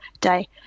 day